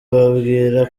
bibwira